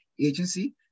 agency